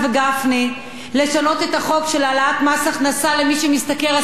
לשנות את החוק של העלאת מס הכנסה למי שמשתכר 10,000 שקל,